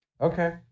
okay